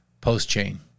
Post-chain